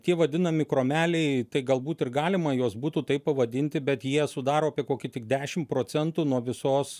tie vadinami kromeliai tai galbūt ir galima juos būtų taip pavadinti bet jie sudaro apie kokį tik dešim procentų nuo visos